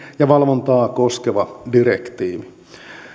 ja valvontaa koskeva direktiivi